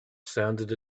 sounded